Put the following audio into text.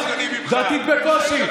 דתית בקושי.